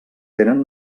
tenen